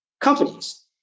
companies